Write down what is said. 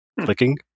clicking